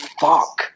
Fuck